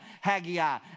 Haggai